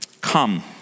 Come